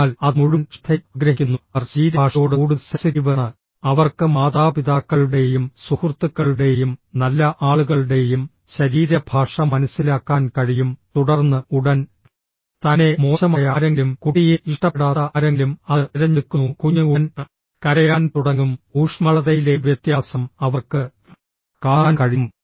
അതിനാൽ അത് മുഴുവൻ ശ്രദ്ധയും ആഗ്രഹിക്കുന്നു അവർ ശരീരഭാഷയോട് കൂടുതൽ സെൻസിറ്റീവ് ആണ് അവർക്ക് മാതാപിതാക്കളുടെയും സുഹൃത്തുക്കളുടെയും നല്ല ആളുകളുടെയും ശരീരഭാഷ മനസ്സിലാക്കാൻ കഴിയും തുടർന്ന് ഉടൻ തന്നെ മോശമായ ആരെങ്കിലും കുട്ടിയെ ഇഷ്ടപ്പെടാത്ത ആരെങ്കിലും അത് തിരഞ്ഞെടുക്കുന്നു കുഞ്ഞ് ഉടൻ കരയാൻ തുടങ്ങും ഊഷ്മളതയിലെ വ്യത്യാസം അവർക്ക് കാണാൻ കഴിയും